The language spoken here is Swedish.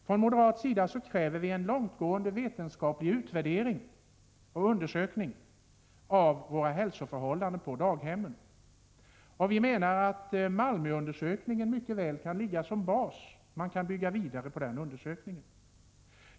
Från moderat sida kräver vi en långtgående vetenskaplig utvärdering och undersökning av hälsoförhållandena på våra daghem. Vi menar att Malmöundersökningen mycket väl kan ligga som bas, att man kan bygga vidare på denna undersökning.